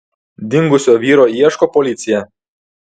dingusio vyro ieško policija